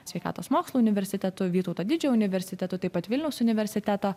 sveikatos mokslų universiteto vytauto didžiojo universitetu taip pat vilniaus universiteto